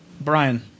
Brian